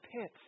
pit